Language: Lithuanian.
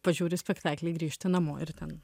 pažiūri spektaklį grįžti namo ir ten